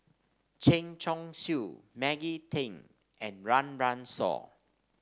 Chen Chong Swee Maggie Teng and Run Run Shaw